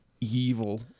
evil